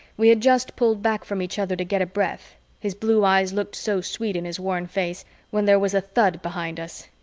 we had just pulled back from each other to get a breath his blue eyes looked so sweet in his worn face when there was a thud behind us.